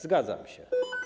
Zgadzam się.